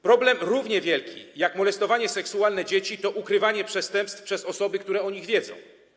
Problem równie wielki jak molestowanie seksualne dzieci to ukrywanie przestępstw przez osoby, które o nich wiedzą.